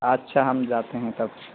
اچھا ہم جاتے ہیں تب